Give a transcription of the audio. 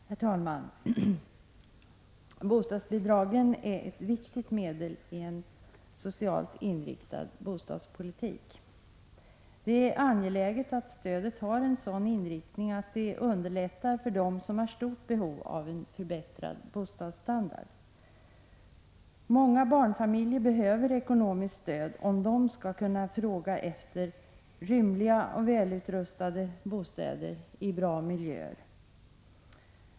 Herr talman! Bostadsbidrag är ett viktigt medel i en socialt inriktad bostadspolitik. Det är angeläget att stödet har en sådan inriktning att det gör det lättare för dem som har stort behov av en förbättrad bostadsstandard att skaffa sig en sådan. Många barnfamiljer behöver ekonomiskt stöd, om de skall kunna efterfråga rymliga och välutrustade bostäder i bra miljöer.